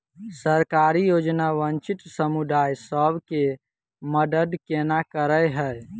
सरकारी योजना वंचित समुदाय सब केँ मदद केना करे है?